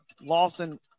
Lawson